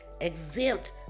exempt